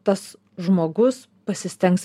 tas žmogus pasistengs